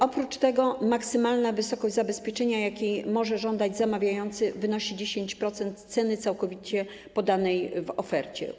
Oprócz tego maksymalna wysokość zabezpieczenia, jakiej może żądać zamawiający, wynosi 10% ceny całkowitej podanej w ofercie.